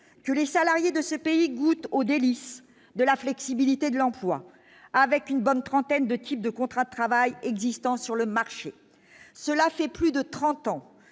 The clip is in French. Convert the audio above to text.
que les salariés de ce pays, goûte aux délices de la flexibilité de l'emploi avec une bonne trentaine de type de contrat de travail existant sur le marché, cela fait plus de 30 ans